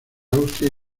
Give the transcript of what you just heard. austria